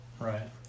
Right